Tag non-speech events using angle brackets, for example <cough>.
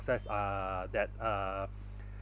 success uh that uh <breath>